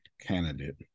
candidate